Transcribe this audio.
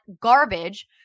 garbage